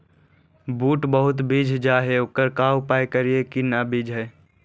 बुट बहुत बिजझ जा हे ओकर का उपाय करियै कि न बिजझे?